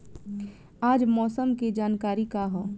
आज मौसम के जानकारी का ह?